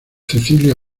cecilia